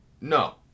No